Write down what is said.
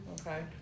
okay